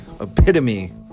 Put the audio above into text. epitome